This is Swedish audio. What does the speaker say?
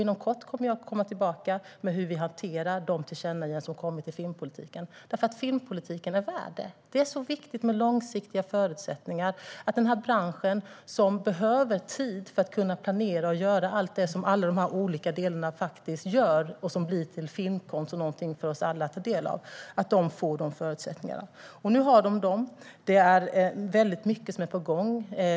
Inom kort kommer jag att komma tillbaka med hur vi hanterar de tillkännagivanden som har gjorts på filmpolitikens område. Filmpolitiken är värd det. Det är viktigt med långsiktiga förutsättningar för den här branschen, som behöver tid för att kunna planera och genomföra allt det som alla olika delar ska göra och som blir till filmkonst för oss alla att ta del av. Nu finns det förutsättningar. Det är väldigt mycket som är på gång.